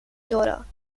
daughter